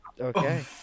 Okay